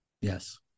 Yes